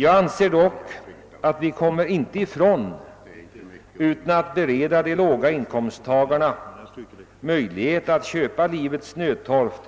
Jag anser att vi inte kommer ifrån att bereda låginkomsttagarna möjlighet att köpa livets nödtorft